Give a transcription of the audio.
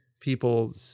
people